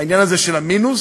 העניין הזה של המינוס,